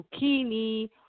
zucchini